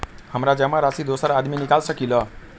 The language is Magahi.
हमरा जमा राशि दोसर आदमी निकाल सकील?